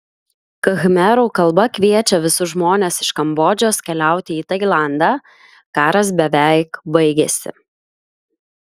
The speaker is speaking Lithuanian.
khmerų kalba kviečia visus žmones iš kambodžos keliauti į tailandą karas beveik baigėsi